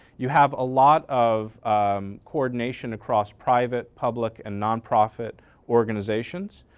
you have a lot of coordination across private, public and nonprofit organizations.